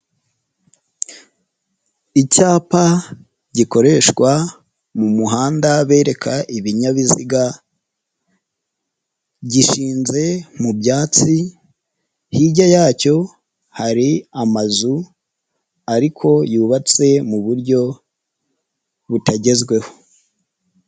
Icyapa gikoreshwa mu muhanda bereka ibinyabiziga, gishinze mu byatsi, hirya yacyo hari amazu ariko yubatse mu buryo butagezweho.